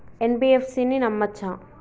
NBFC ని నమ్మచ్చా?